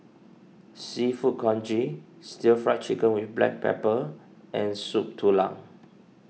Seafood Congee Stir Fry Chicken with Black Pepper and Soup Tulang